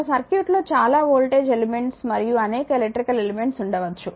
ఒక సర్క్యూట్లో చాలా వోల్టేజ్ ఎలెమెంట్స్ మరియు అనేక ఎలక్ట్రికల్ ఎలెమెంట్స్ ఉండవచ్చు